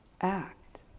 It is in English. act